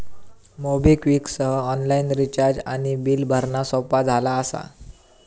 MobiKwik सह online recharge आणि bill भरणा सोपा झाला असा